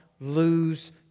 lose